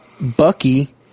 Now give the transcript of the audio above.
bucky